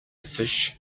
fish